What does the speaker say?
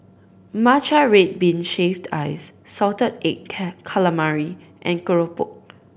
matcha red bean shaved ice salted egg calamari and Keropok